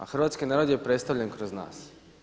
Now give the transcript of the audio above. A hrvatski narod je predstavljen kroz nas.